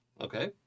Okay